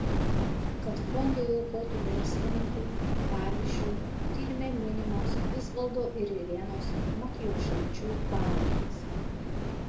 kad fondui aukotų verslininkai pavyzdžiu tyrime minimos visvaldo ir irenos matjošaičių pavardės